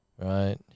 right